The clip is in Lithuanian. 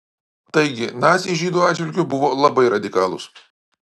taigi naciai žydų atžvilgiu buvo labai radikalūs